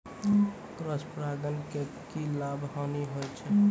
Cross परागण के की लाभ, हानि होय छै?